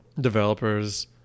developers